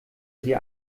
sie